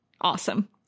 awesome